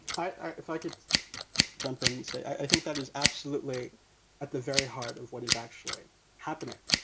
i if i could jump in. so i think that is absolutely at the very heart of what is actually happening.